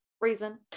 reason